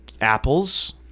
apples